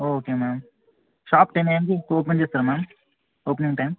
okay ma'am shop ten ఏఎమ్కి open చేస్తరు ma'am opening time